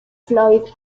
floyd